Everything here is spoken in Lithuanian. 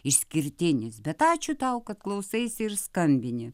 išskirtinis bet ačiū tau kad klausaisi ir skambini